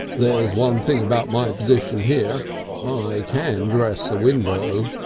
there's one thing about my position here i can dress a window.